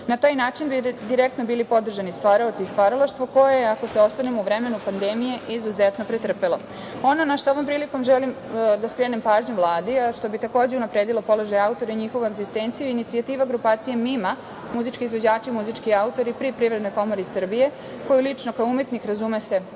Na taj način bi direktno bili podržani stvaraoci i stvaralaštvo koje je ako se osvrnemo u vremenu pandemije izuzetno pretrpelo. Ono na šta ovom prilikom želim da skrenem pažnju Vladi, a što bi takođe unapredilo položaj autora i njihovu egzistenciju, inicijativa grupacije MIMA, Muzički izvođači i muzički autori, pri Privrednoj komori Srbije, koju lično kao umetnik, razume se,